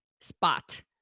spot